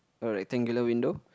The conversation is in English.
a rectangular window